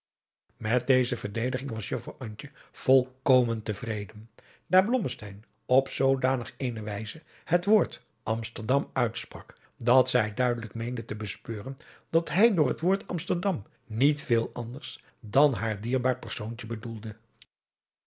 met deze verdediging was juffrouw antje volkomen te vreden daar blommesteyn op zoodanig eene wijze het woord amsterdam uitsprak dat zij duidelijk meende te bespeuren dat hij door het woord amsterdam niet veel anders dan haar dierbaar persoontje bedoelde